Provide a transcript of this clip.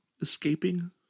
escaping